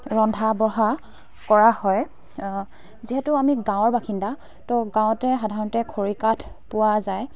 ৰন্ধা বঢ়া কৰা হয় যিহেতু আমি গাঁৱৰ বাসিন্দা ত' গাঁৱতে সাধাৰণতে খৰি কাঠ পোৱা যায়